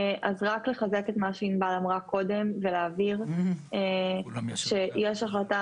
רק לחזק את מה שענבל אמרה קודם ולהבהיר שיש החלטה